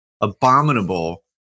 abominable